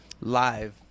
Live